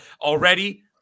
already